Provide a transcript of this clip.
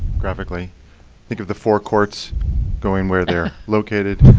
graphically think of the four courts going where they're located,